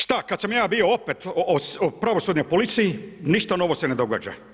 Šta kad sam ja bio opet u pravosudnoj policiji ništa novo se ne događa.